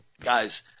Guys